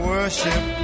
Worship